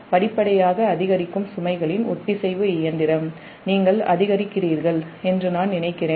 படிப்படியாக அதிகரிக்கும் சுமைகளின் ஒத்திசைவு இயந்திரம் நீங்கள் அதிகரிக்கிறீர்கள் என்று நான் நினைக்கிறேன்